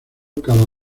cada